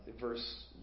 verse